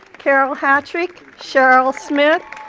carol hatrick, cheryl smith,